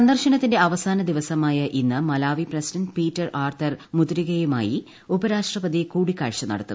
സന്ദർശനത്തിന്റെ അവസാന ദിവസമായ ഇന്ന് മലാവി പ്രസിഡന്റ് പീറ്റർ ആർതർ മുതരികയുമായി ഉപരാഷ്ട്രപതി കൂടിക്കാഴ്ച നടത്തും